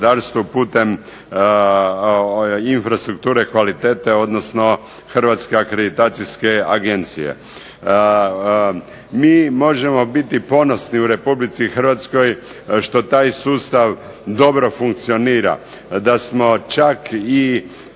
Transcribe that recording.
putem infrastrukture kvalitete, odnosno Hrvatske akreditacijske agencije. Mi možemo biti ponosni u RH što taj sustav dobro funkcionira. Da smo čak i